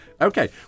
Okay